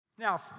Now